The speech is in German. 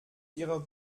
ihrer